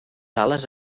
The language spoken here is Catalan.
ales